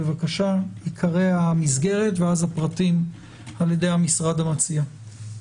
בבקשה את עיקרי המסגרת ואז הפרטים יוצגו על ידי המשרד המציע.